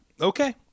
Okay